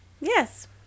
Yes